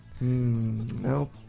Nope